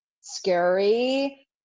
scary